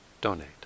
donate